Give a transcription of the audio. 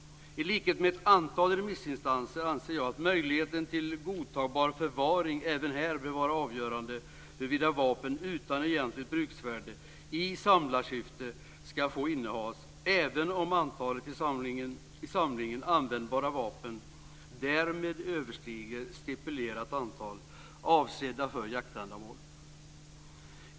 I likhet med ett antal remissinstanser anser jag att möjligheten till godtagbar förvaring även här bör vara avgörande för huruvida vapen utan egentligt bruksvärde i samlarsyfte ska få innehas, även om antalet i samlingen användbara vapen överstiger stipulerat antal avsedda för jaktändamål.